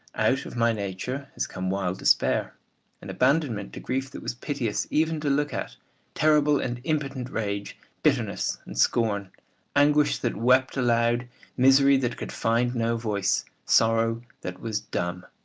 out of my nature has come wild despair an abandonment to grief that was piteous even to look at terrible and impotent rage bitterness and scorn anguish that wept aloud misery that could find no voice sorrow that was dumb.